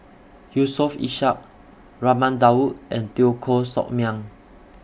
Yusof Ishak Raman Daud and Teo Koh Sock Miang